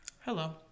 Hello